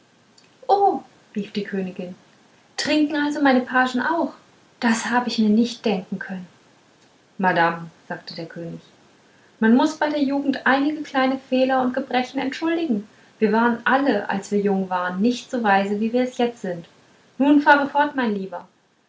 oh rief die königin trinken also meine pagen auch das hab ich mir nicht denken können madame sagte der könig man muß bei der jugend einige kleine fehler und gebrechen entschuldigen wir waren alle als wir jung waren nicht so weise wie wir jetzt sind nun fahre fort mein lieber